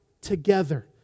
together